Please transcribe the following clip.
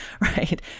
right